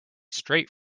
straight